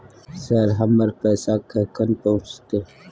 Sir, हमर पैसा कखन पहुंचतै?